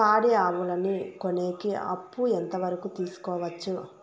పాడి ఆవులని కొనేకి అప్పు ఎంత వరకు తీసుకోవచ్చు?